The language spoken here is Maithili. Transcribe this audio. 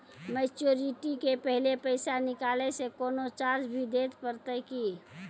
मैच्योरिटी के पहले पैसा निकालै से कोनो चार्ज भी देत परतै की?